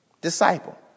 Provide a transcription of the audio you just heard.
Disciple